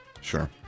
Sure